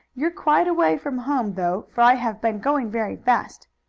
you're quite a way from home, though, for i have been going very fast.